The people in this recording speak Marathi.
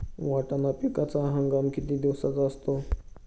वाटाणा पिकाचा हंगाम किती दिवसांचा असतो?